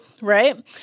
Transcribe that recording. Right